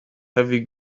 heavy